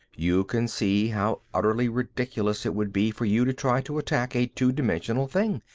you can see how utterly ridiculous it would be for you to try to attack a two-dimensional thing.